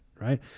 Right